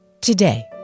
Today